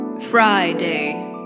Friday